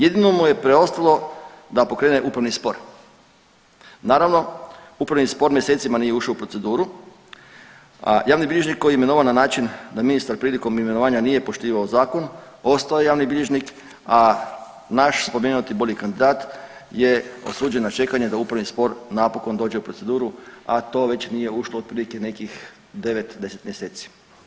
Jedino mu je preostalo da pokrene upravni spor, naravno upravni spor mjesecima nije ušao u proceduru, a javni bilježnik koji je imenovan na način da ministar prilikom imenovanja nije poštivao zakon ostao je javni bilježnik, a naš spomenuti bolji kandidat je osuđen na čekanje da upravni spor napokon dođe u proceduru, a to već nije ušlo otprilike nekih 9-10 mjeseci.